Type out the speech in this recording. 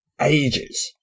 ages